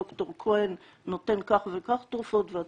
ד"ר כהן נותן כך וכך תרופות ואתה,